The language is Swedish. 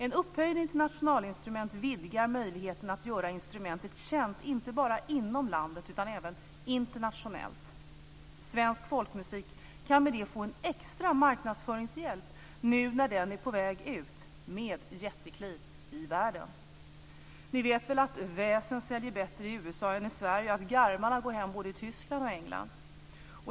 En upphöjning av instrumentet till nationalinstrument vidgar möjligheten att göra det känt inte bara inom landet utan även internationellt. Svensk folkmusik kan i och med det få en extra marknadsföringshjälp nu när den är på väg ut i världen med jättekliv. Ni vet väl att Väsen säljer bättre i USA än i Sverige och att Garmarna går hem både i Tyskland och England.